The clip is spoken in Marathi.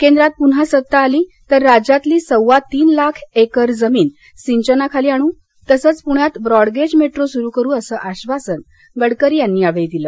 केंद्रात प्रन्हा सत्ता आली तर राज्यातली सव्वातीन लाख एकर जमीन सिंचनाखाली आणू तसच पुण्यात ब्रॉडगेज मेट्रो सुरु करू असं आधासन गडकरी यांनी यावेळी दिलं